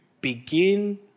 begin